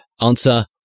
Answer